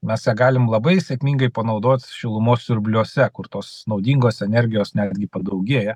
mes ją galim labai sėkmingai panaudot šilumos siurbliuose kur tos naudingos energijos netgi padaugėja